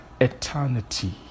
eternity